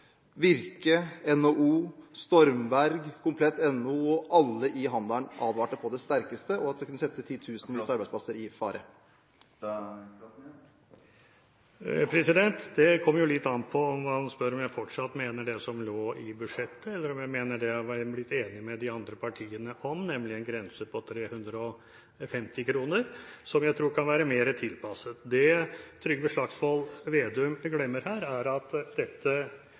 Virke, NHO, Stormberg, Komplett.no og alle i varehandelen advarte mot dette på det sterkeste og sa at det kunne sette titusenvis av arbeidsplasser i fare? Det kommer litt an på om man spør om jeg fortsatt mener det som lå i budsjettet, eller det som vi har blitt enige med de andre partiene om, nemlig en grense på 350 kr, som jeg tror kan være mer tilpasset. Det Trygve Slagsvold Vedum glemmer, er at dette